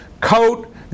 coat